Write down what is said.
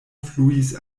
fluis